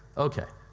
okay.